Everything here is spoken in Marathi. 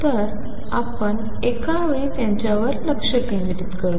तर आपण एका वेळी त्यांच्यावर लक्ष केंद्रित करूया